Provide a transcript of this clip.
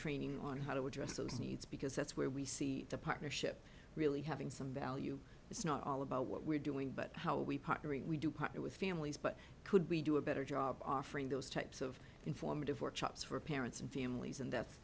training on how to address those needs because that's where we see the partnership really having some value it's not all about what we're doing but how we partner we do it with families but could we do a better job offering those types of informative workshops for parents and families and that's